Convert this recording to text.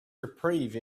reprieve